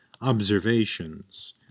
observations